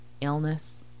illness